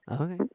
Okay